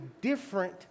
different